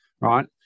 right